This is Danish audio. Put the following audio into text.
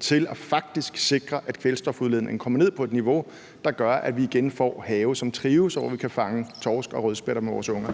til faktisk at sikre, at kvælstofudledningen kommer ned på et niveau, der gør, at vi igen får have, som trives, og hvor vi kan fange torsk og rødspætter med vores unger?